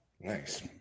Nice